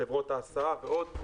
חברות ההסעה ועוד,